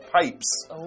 pipes